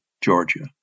Georgia